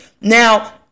Now